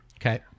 Okay